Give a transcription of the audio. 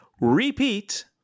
Repeat